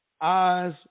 eyes